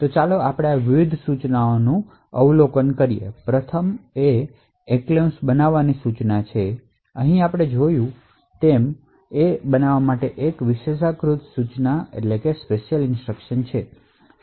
તો ચાલો આપણે આ વિવિધ ઇન્સટ્રક્શનશનું અવલોકન કરીએ પ્રથમ એન્ક્લેવ્સ બનાવવાની છે કે જે ECREATE સૂચના છે અને આપણે અહીં જોયું તેમ ECREATE એ એક વિશેષાધિકૃત સૂચના છે